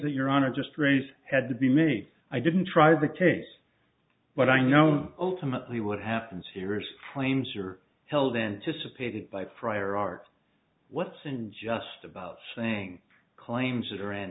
that your honor just raise had to be me i didn't try the case but i know ultimately what happens here is claims are held and to supported by prior art what's in just about saying claims that are